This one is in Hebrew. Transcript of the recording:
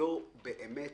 לא באמת